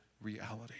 reality